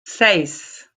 seis